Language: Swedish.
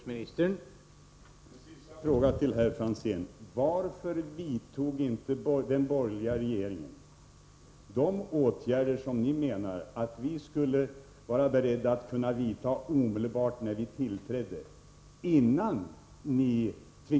Herr talman! En sista fråga till herr Franzén: Varför vidtog inte den borgerliga regeringen, innan den tvingades bort från regeringspositionen, de åtgärder som ni menar att vi skulle vara beredda att vidta omedelbart när vi tillträdde?